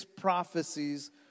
prophecies